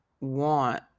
want